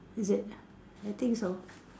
is it I think so